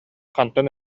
хантан